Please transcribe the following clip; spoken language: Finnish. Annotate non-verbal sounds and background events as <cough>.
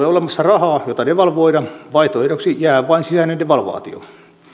<unintelligible> olemassa rahaa jota devalvoida vaihtoehdoksi jää vain sisäinen devalvaatio